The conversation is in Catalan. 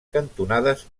cantonades